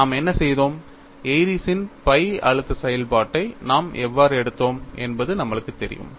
நாம் என்ன செய்தோம் ஏரிஸ்ன் Airy's phi அழுத்த செயல்பாட்டை நாம் எவ்வாறு எடுத்தோம் என்பது நம்மளுக்குத் தெரியும்